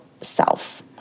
self